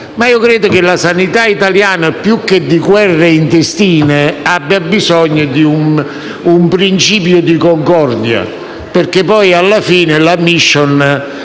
iscritti - la sanità italiana più che di guerre intestine abbia bisogno di un principio di concordia, perché alla fine la *mission*